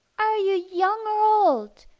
are you young or old?